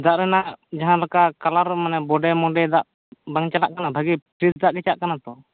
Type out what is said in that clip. ᱫᱟᱜ ᱨᱮᱱᱟᱜ ᱡᱟᱦᱟᱸ ᱞᱮᱠᱟ ᱠᱟᱞᱟᱨ ᱢᱟᱱᱮ ᱵᱚᱰᱮᱼᱢᱚᱰᱮ ᱫᱟᱜ ᱵᱟᱝ ᱪᱟᱞᱟᱜ ᱠᱟᱱᱟ ᱵᱷᱟᱹᱜᱤ ᱯᱷᱨᱮᱥ ᱫᱟᱜ ᱪᱟᱜ ᱠᱟᱱᱟ ᱛᱚ